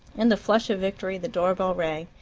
in the flush of victory the door-bell rang,